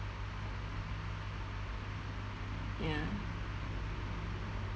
ya